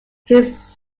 his